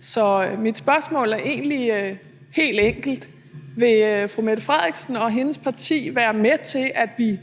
Så mit spørgsmål er egentlig helt enkelt: Vil fru Mette Frederiksen og hendes parti være med til, at vi